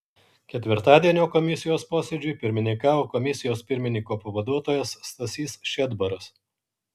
ketvirtadienio komisijos posėdžiui pirmininkavo komisijos pirmininko pavaduotojas stasys šedbaras